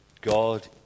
God